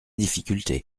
difficulté